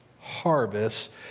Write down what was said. harvest